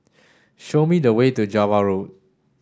show me the way to Java Road